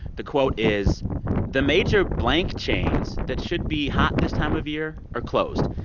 the quote is the major blank chains that should be hot this time of year are closed.